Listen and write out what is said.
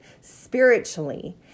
spiritually